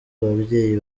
ababyeyi